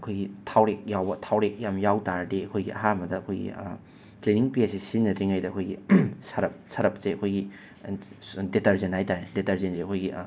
ꯑꯩꯈꯣꯏꯒꯤ ꯊꯥꯎꯔꯦꯛ ꯌꯥꯎꯕ ꯊꯥꯎꯔꯦꯛ ꯌꯥꯝꯅ ꯌꯥꯎ ꯇꯥꯔꯗꯤ ꯑꯩꯈꯣꯏꯒꯤ ꯑꯍꯥꯟꯕꯗ ꯑꯩꯈꯣꯏꯒꯤ ꯀ꯭ꯂꯤꯅꯤꯡ ꯄꯦꯁꯁꯦ ꯁꯤꯖꯤꯟꯅꯗ꯭ꯔꯤꯉꯩꯗ ꯑꯩꯈꯣꯏꯒꯤ ꯁꯔꯞ ꯁꯔꯞꯁꯦ ꯑꯩꯈꯣꯏꯒꯤ ꯗꯦꯇꯔꯖꯦꯟ ꯍꯥꯏꯕ ꯇꯥꯔꯦ ꯗꯦꯇꯔꯖꯦꯟꯁꯦ ꯑꯩꯈꯣꯏꯒꯤ